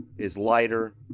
is lighter,